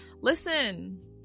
Listen